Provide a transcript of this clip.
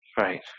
Right